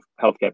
healthcare